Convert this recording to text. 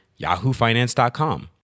yahoofinance.com